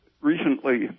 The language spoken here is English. recently